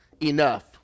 enough